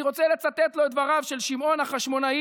אני רוצה לצטט לו את דבריו של שמעון החשמונאי